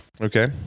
Okay